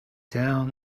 down